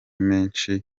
menshi